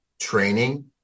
training